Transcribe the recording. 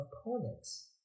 opponents